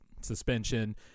suspension